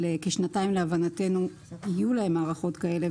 כשנתיים להבנתנו יהיו להם מערכות כאלה,